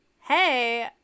hey